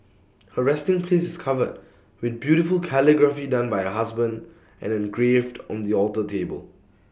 her resting place is covered with beautiful calligraphy done by her husband and engraved on the alter table